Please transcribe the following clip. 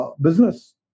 business